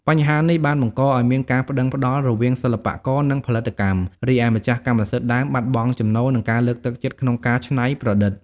បញ្ហានេះបានបង្កឱ្យមានការប្ដឹងផ្ដល់រវាងសិល្បករ និងផលិតកម្ម រីឯម្ចាស់កម្មសិទ្ធិដើមបាត់បង់ចំណូល និងការលើកទឹកចិត្តក្នុងការច្នៃប្រឌិត។